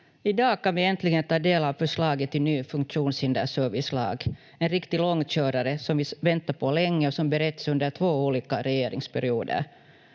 I dag kan vi äntligen ta del av förslaget till ny funktionshinderservicelag, en riktig långkörare som vi väntat på länge och som beretts under två olika regeringsperioder.